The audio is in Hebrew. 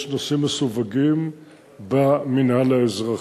יש נושאים מסווגים במינהל האזרחי.